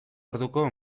orduko